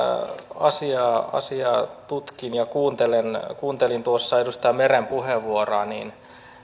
asiaa asiaa tutkin ja kuuntelin edustaja meren puheenvuoroa niin